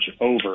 over